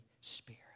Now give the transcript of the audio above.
Spirit